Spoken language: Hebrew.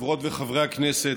חברות וחברי הכנסת,